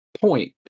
point